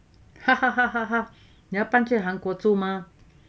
你要搬去韩国住吗